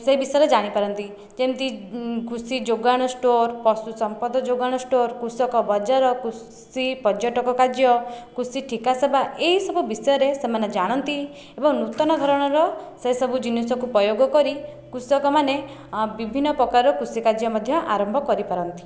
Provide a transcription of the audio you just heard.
ସେହି ବିଷୟରେ ଜାଣିପାରନ୍ତି ଯେମିତି କୃଷି ଯୋଗାଣ ଷ୍ଟୋର ପଶୁ ସମ୍ପଦ ଯୋଗାଣ ଷ୍ଟୋର କୃଷକ ବଜାର କୃଷି ପର୍ଯ୍ୟଟକ କାର୍ଯ୍ୟ କୃଷି ଠିକା ସେବା ଏହିସବୁ ବିଷୟରେ ସେମାନେ ଜାଣନ୍ତି ଏବଂ ନୂତନ ଧରଣର ସେ ସବୁ ଜିନିଷକୁ ପ୍ରୟୋଗ କରି କୃଷକମାନେ ବିଭିନ୍ନ ପ୍ରକାରର କୃଷି କାର୍ଯ୍ୟ ମଧ୍ୟ ଆରମ୍ଭ କରିପାରନ୍ତି